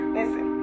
Listen